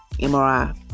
MRI